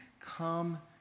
come